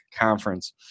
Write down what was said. conference